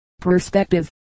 Perspective